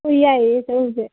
ꯍꯣꯏ ꯌꯥꯏꯌꯦ ꯆꯠꯂꯨꯁꯦ